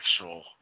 actual